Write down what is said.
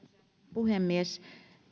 puhemies